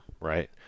right